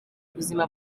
ubuzima